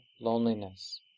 loneliness